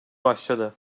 başladı